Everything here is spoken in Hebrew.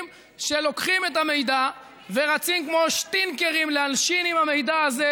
שלוקחים את המידע ורצים כמו שטינקרים להלשין עם המידע הזה